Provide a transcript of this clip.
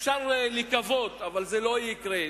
אפשר לקוות, אבל זה לא יקרה.